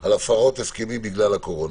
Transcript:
על הפרות הסכמים בגלל הקורונה.